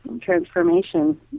transformation